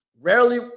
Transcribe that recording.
rarely